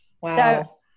Wow